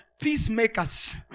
Peacemakers